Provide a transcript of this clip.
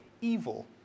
evil